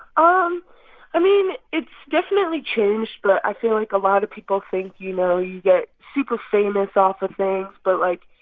um i mean, it's definitely changed. but i feel like a lot of people think, you know, you get super famous off of things, but, like,